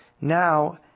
Now